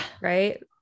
Right